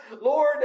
Lord